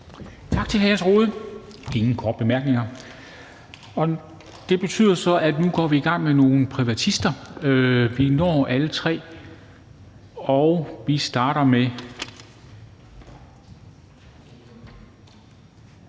Rohde. Der er ingen korte bemærkninger, og det betyder så, at vi nu går i gang med nogle privatister, vi når alle tre, og vi starter med